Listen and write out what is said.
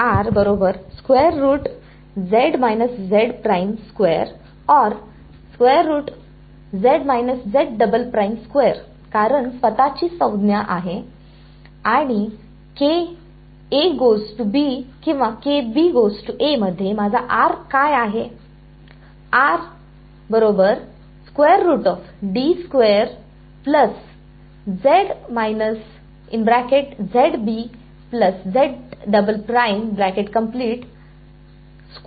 कारण स्वत ची संज्ञा आहे आणि किंवा मध्ये माझा R इथे काय आहे